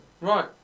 Right